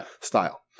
style